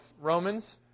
Romans